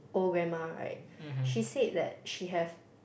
old grandma right she said that she have